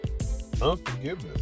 unforgiveness